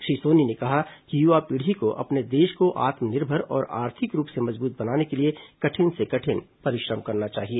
श्री सोनी ने कहा कि युवा पीढ़ी को अपने देश को आत्मनिर्भर और आर्थिक रूप से मजबूत बनाने के लिए कठिन से कठिन परिश्रम करना चाहिए